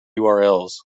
urls